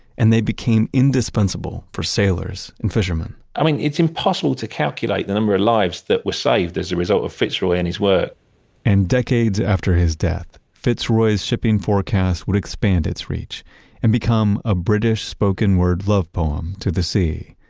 and they became indispensable for sailors and fishermen i mean, it's impossible to calculate the number of lives that were saved as a result of fitzroy and his work and decades after his death, fitzroy's shipping forecast would expand its reach and become a british spoken word love poem to the sea.